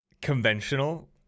conventional